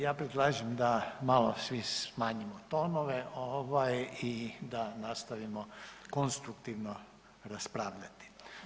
Ja predlažem da svi malo smanjimo tonove i da nastavimo konstruktivno raspravljati.